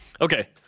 Okay